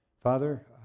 Father